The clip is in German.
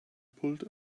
pult